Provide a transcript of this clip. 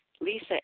Lisa